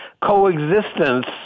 coexistence